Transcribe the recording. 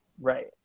Right